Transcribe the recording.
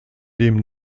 dem